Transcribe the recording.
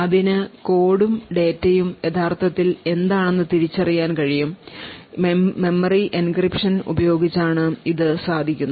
അതിന് കോഡും ഡാറ്റയും യഥാർത്ഥത്തിൽ എന്താണെന്ന് തിരിച്ചറിയാൻ കഴിയും മെമ്മറി എൻക്രിപ്ഷൻ ഉപയോഗിച്ചാണ് ഇത് സാധിക്കുന്നത്